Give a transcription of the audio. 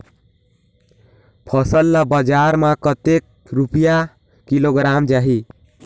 फसल ला बजार मां कतेक रुपिया किलोग्राम जाही?